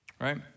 Right